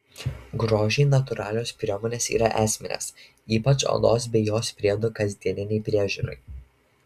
grožiui natūralios priemonės yra esminės ypač odos bei jos priedų kasdieninei priežiūrai